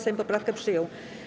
Sejm poprawkę przyjął.